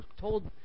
told